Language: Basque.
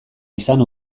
izan